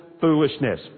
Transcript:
foolishness